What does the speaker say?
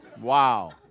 Wow